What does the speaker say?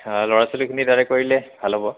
ল'ৰা ছোৱালীখিনি তাতে কৰিলে ভাল হ'ব